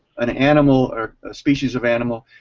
an animal or a species of animal